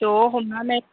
ज' हमनानै